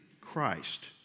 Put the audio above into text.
Christ